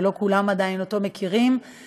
ולא כולם מכירים אותו עדיין,